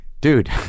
dude